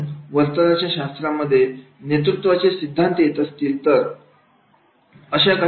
म्हणून वर्तनाच्या शास्त्रामध्ये नेतृत्वाचे सिद्धांत येत असतात